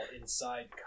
inside